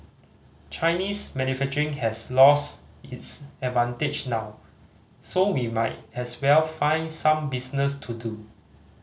Chinese manufacturing has lost its advantage now so we might as well find some business to do